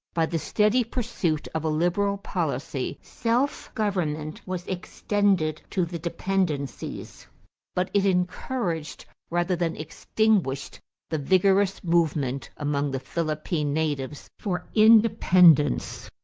by the steady pursuit of a liberal policy, self-government was extended to the dependencies but it encouraged rather than extinguished the vigorous movement among the philippine natives for independence.